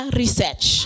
research